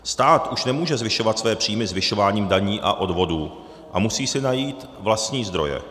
Stát už nemůže zvyšovat své příjmy zvyšováním daní a odvodů a musí si najít vlastní zdroje.